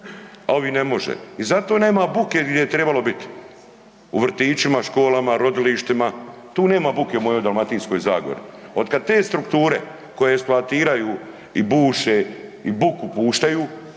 a ovi ne može. I zato nema buke gdje bi je trebalo biti, u vrtićima, školama, rodilištima, tu nema buke u mojoj Dalmatinskoj zagori. Otkad te strukture koje eksploatiraju i buše i buku puštaju,